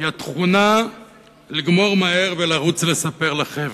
היא התכונה לגמור מהר ולרוץ לספר לחבר'ה.